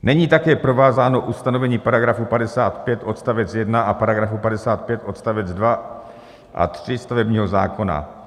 Není také provázáno ustanovení § 55 odst. 1 a § 55 odst. 2 a 3 stavebního zákona.